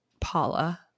Paula